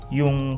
yung